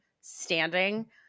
standing